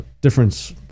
difference